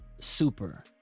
super